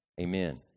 amen